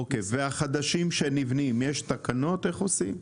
והחדשים שנבנים, יש תקנות איך עושים?